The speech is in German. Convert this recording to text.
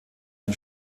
den